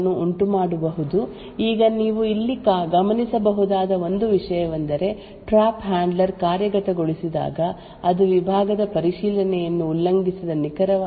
ಈಗ ಇವುಗಳು ಪ್ರೊಗ್ರಾಮ್ ನಲ್ಲಿ ಓವರ್ಹೆಡ್ ಗಳನ್ನು ಉಂಟುಮಾಡಬಹುದು ಈಗ ನೀವು ಇಲ್ಲಿ ಗಮನಿಸಬಹುದಾದ ಒಂದು ವಿಷಯವೆಂದರೆ ಟ್ರ್ಯಾಪ್ ಹ್ಯಾಂಡ್ಲರ್ ಕಾರ್ಯಗತಗೊಳಿಸಿದಾಗ ಅದು ವಿಭಾಗದ ಪರಿಶೀಲನೆಯನ್ನು ಉಲ್ಲಂಘಿಸಿದ ನಿಖರವಾದ ಲೋಡ್ ಅಥವಾ ಸ್ಟೋರ್ ಸೂಚನೆಯನ್ನು ಗುರುತಿಸಲು ಸಾಧ್ಯವಾಗುತ್ತದೆ